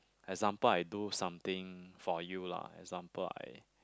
example I do something for you lah example I